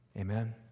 Amen